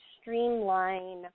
streamline